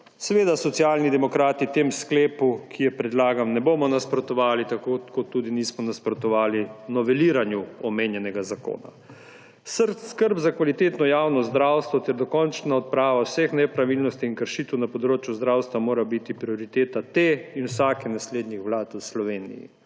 Seveda Socialni demokrati temu sklepu, ki je predlagan, ne bomo nasprotovali, tako kot tudi nismo nasprotovali noveliranju omenjenega zakona. Skrb za kvalitetno javno zdravstvo ter dokončna odprava vseh nepravilnosti in kršitev na področju zdravstva mora biti prioriteta te in vsake naslednje vlade v Sloveniji.